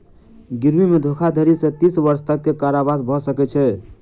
गिरवी मे धोखाधड़ी सॅ तीस वर्ष तक के कारावास भ सकै छै